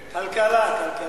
כלכלה.